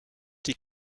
die